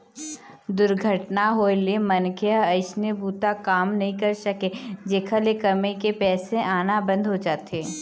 दुरघटना होए ले मनखे ह अइसने बूता काम नइ कर सकय, जेखर ले कमई के पइसा आना बंद हो जाथे